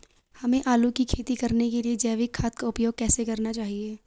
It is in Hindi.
हमें आलू की खेती करने के लिए जैविक खाद का उपयोग कैसे करना चाहिए?